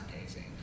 amazing